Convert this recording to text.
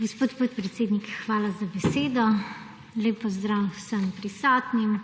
Gospod podpredsednik, hvala za besedo. Lep pozdrav vsem prisotnim!